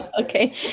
Okay